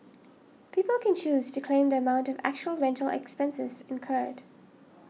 people can choose to claim the amount of actual rental expenses incurred